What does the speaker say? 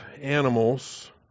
animals